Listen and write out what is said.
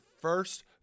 first